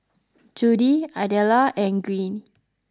Judy Idella and Greene